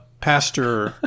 Pastor